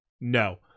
No